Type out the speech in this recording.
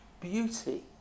beauty